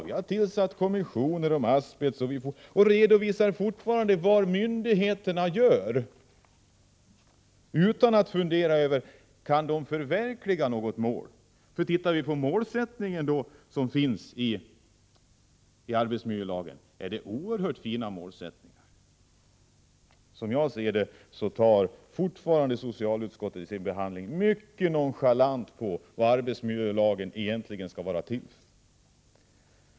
Det har tillsatts kommissioner om asbest, och man fortsätter att redovisa vad myndigheterna gör. Detta sker utan att man funderar över om de kan förverkliga något av lagens målsättning. De mål som ställs upp i arbetsmiljölagen är oerhört fina. Som jag ser det visar socialutskottet i sin behandling fortfarande mycket stor nonchalans mot arbetsmiljölagens egentliga syften.